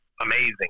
amazing